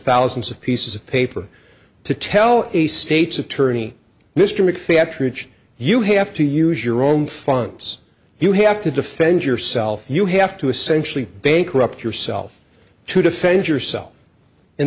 thousands of pieces of paper to tell a state's attorney mr mcphatter rich you have to use your own funds you have to defend yourself you have to essentially bankrupt yourself to defend yourself and